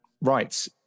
Right